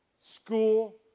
school